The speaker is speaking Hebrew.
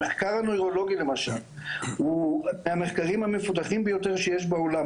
המחקר הנוירולוגי למשל הוא מהמחקרים המפותחים ביותר שיש בעולם.